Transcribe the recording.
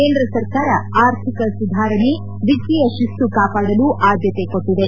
ಕೇಂದ್ರ ಸರ್ಕಾರ ಆರ್ಥಿಕ ಸುಧಾರಣೆ ವಿತೀಯ ಶಿಸ್ತು ಕಾಪಾಡಲು ಆದ್ದತೆ ಕೊಟ್ಟದೆ